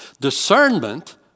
Discernment